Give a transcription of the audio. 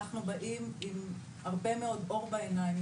אנחנו באים עם הרבה מאוד אור בעיניים,